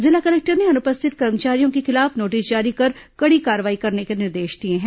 जिला कलेक्टर ने अनुपस्थित कर्मचारियों के खिलाफ नोटिस जारी कर कडी कार्रवाई करने के निर्देश दिए हैं